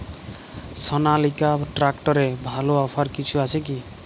সনালিকা ট্রাক্টরে ভালো অফার কিছু আছে কি?